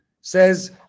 says